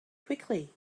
quickly